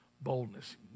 boldness